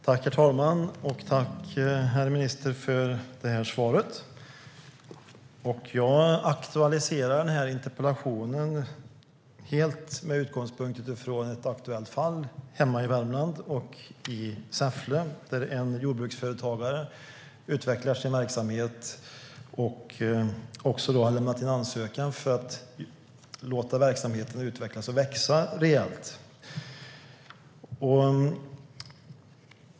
Herr talman! Tack, herr minister, för svaret! Jag aktualiserar interpellationen helt med utgångspunkt från ett aktuellt fall hemma i Värmland, där en jordbruksföretagare i Säffle utvecklar sin verksamhet och har lämnat in en ansökan för att låta verksamheten utvecklas och växa rejält.